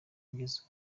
kugeza